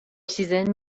سیزن